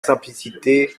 simplicité